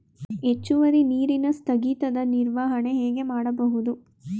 ಹೆಚ್ಚುವರಿ ನೀರಿನ ಸ್ಥಗಿತದ ನಿರ್ವಹಣೆ ಹೇಗೆ ಮಾಡಬಹುದು?